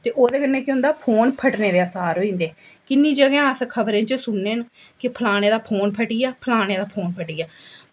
ते ओह्दे कन्नै केह् होंदा फोन फट्टने दे असार होई जंदे किन्नी जगह् अस खबरें च सुनने न कि फलाने दा फोन फट्टी गेआ फलाने दा फोन फट्टी गेआ